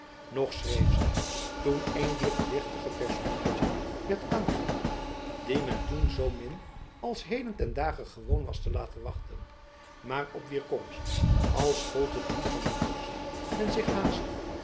nog schreef zy toen een dier gewichtige personaadjen werd aangemeld die men toen zoo min als heden ten dage gewoon was te laten wachten maar op wier komst als gold het die van een vorst men zich haastte